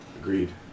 agreed